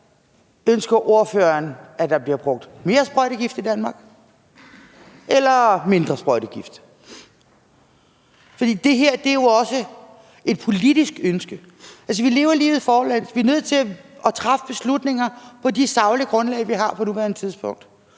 Ønsker ordføreren, at der bliver brugt mere sprøjtegift eller mindre sprøjtegift i Danmark? For det her er jo også et politisk ønske. Altså, vi lever livet forlæns. Vi er nødt til at træffe beslutninger på de saglige grundlag, vi har på nuværende tidspunkt,